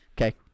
Okay